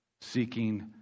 seeking